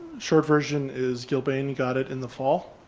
short version is gill bane got it in the fall,